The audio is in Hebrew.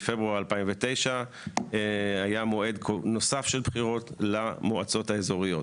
בפברואר 2009 היה מועד נוסף של בחירות למועצות האזוריות.